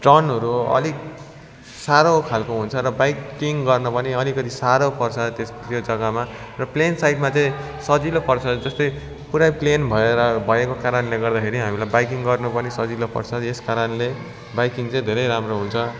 ट्रनहरू अलिक साह्रो खालको हुन्छ र बाइकिङ गर्नु पनि अलिकति साह्रो पर्छ र त्यो जग्गामा र प्लेन साइडमा चाहिँ सजिलो पर्छ जस्तै पुरै प्लेन भएर भएको कारणले गर्दा खेरि हामीलाई बाइकिङ गर्नु पनि सजिलो पर्छ यस कारणले बाइकिङ चाहिँ धेरै राम्रो हुन्छ